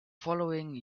following